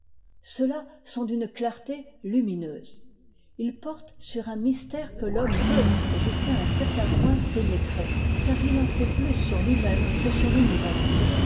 ceux-là sont d'une ctarté lumineuse ils portent sur un mystère que l'homme peut jusqu'à un certain point pénétrer car il en sait plus sur lui-même que sur l'univers